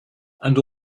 and